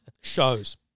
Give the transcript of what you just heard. Shows